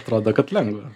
atrodo kad lengva